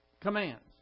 commands